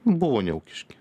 buvo neūkiški